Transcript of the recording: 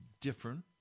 different